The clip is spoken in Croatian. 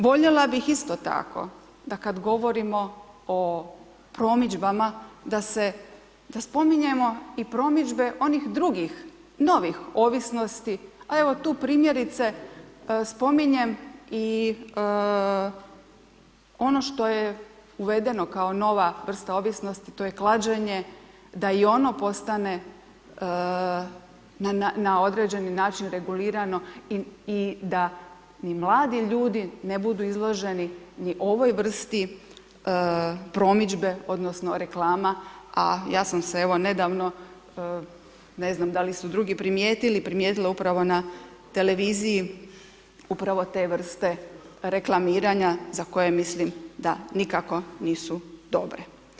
Voljela bi isto tako, da kada govorimo o promidžbama, da spominjemo i promidžbe onih drugih novih ovisnosti, a evo tu primjerice, spominjem i ono što je uvedeno kao nova vrsta ovisnosti, to je klađenje da i ono postane na određeni način regulirano id a mladi ljudi ne budu izloženi ni ovoj vrsti promidžbe, odnosno, reklama, a ja sam se evo nedavno, na znam da li su drugi primijetili, primijetila upravo na televiziji, upravo te vrste reklamiranja, za koje mislim da nikako nisu dobre.